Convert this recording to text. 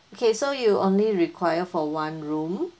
okay so you only require for one room